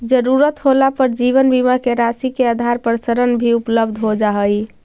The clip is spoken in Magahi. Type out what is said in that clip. ज़रूरत होला पर जीवन बीमा के राशि के आधार पर ऋण भी उपलब्ध हो जा हई